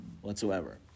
whatsoever